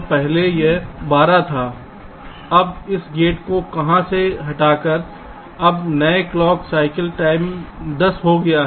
तो पहले यह 12 का था अब इस गेट को यहाँ से हटाकर अब नए क्लॉक साइकिल टाइम 10 हो गया है